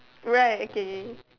right okay